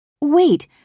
Wait